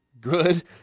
good